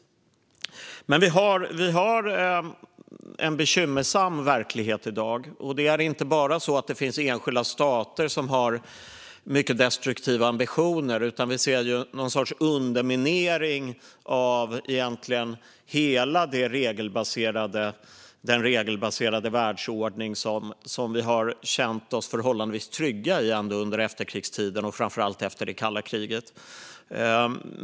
Men vi har en bekymmersam verklighet i dag. Det är inte bara så att det finns enskilda stater som har mycket destruktiva ambitioner, utan vi ser egentligen någon sorts underminering av hela den regelbaserade världsordning som vi har känt oss förhållandevis trygga i under efterkrigstiden, och framför allt efter det kalla kriget.